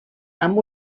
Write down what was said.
amb